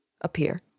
appear